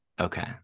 okay